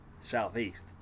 southeast